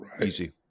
easy